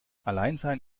alleinsein